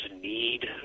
need